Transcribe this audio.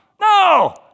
No